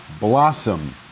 blossom